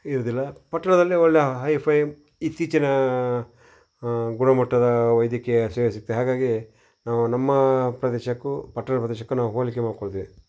ಇರುವುದಿಲ್ಲ ಪಟ್ಟಣದಲ್ಲಿ ಒಳ್ಳೆಯ ಹೈಫೈ ಇತ್ತೀಚಿನ ಗುಣಮಟ್ಟದ ವೈದ್ಯಕೀಯ ಸೇವೆ ಸಿಗುತ್ತದೆ ಹಾಗಾಗಿ ನಾವು ನಮ್ಮ ಪ್ರದೇಶಕ್ಕೂ ಪಟ್ಟಣದ ಪ್ರದೇಶಕ್ಕೂ ನಾವು ಹೋಲಿಕೆ ಮಾಡಿಕೊಳ್ತೀವಿ